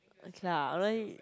okay lah honestly